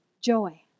joy